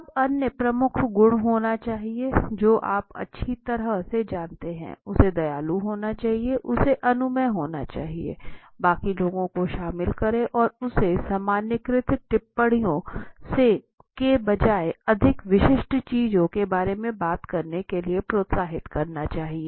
अब अन्य प्रमुख गुण होना चाहिए जो आप अच्छी तरह से जानते हैं उसे दयालु होना है उसे अनुमेय होना है बाकी लोगों को शामिल करें और उसे सामान्यीकृत टिप्पणियों के बजाय अधिक विशिष्ट चीज़ों के बारे में बात करने के लिए प्रोत्साहित करना चाहिए